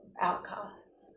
outcasts